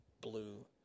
blue